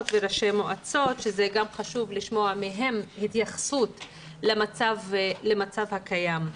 וראשי מועצות חשוב לשמוע מהם התייחסות למצב הקיים.